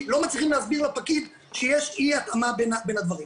לא מצליחים להסביר לפקיד שיש אי התאמה בין הדברים